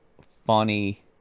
funny